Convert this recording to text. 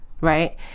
right